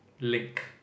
link